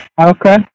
Okay